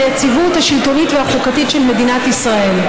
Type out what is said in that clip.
היציבות השלטונית והחוקתית של מדינת ישראל.